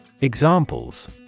Examples